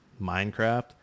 minecraft